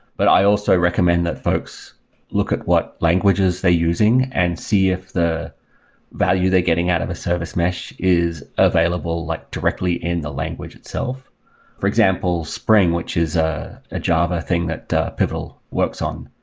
but i also recommend that folks look at what languages they're using and see if the value they're getting out of a service mesh is available like directly in the language itself for example, spring which is ah a java thing that pivotal works on,